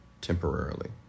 temporarily